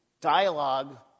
dialogue